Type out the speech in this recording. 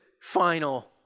final